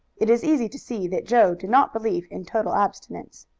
it is easy to see that joe did not believe in total abstinence.